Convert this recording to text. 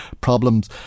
problems